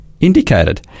indicated